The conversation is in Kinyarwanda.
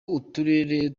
uturere